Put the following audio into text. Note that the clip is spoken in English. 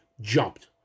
jumped